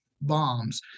bombs